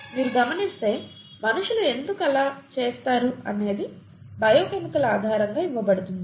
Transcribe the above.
మీరు గమనిస్తే మనుషులు ఎందుకు అలా చేస్తారు అనేది బయో కెమికల్ ఆధారంగా ఇవ్వబడుతుంది